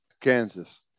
Kansas